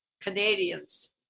Canadians